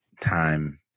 time